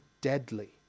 deadly